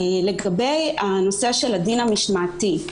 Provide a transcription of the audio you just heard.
לגבי הנושא של הדין המשמעתי,